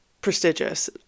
prestigious